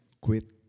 quit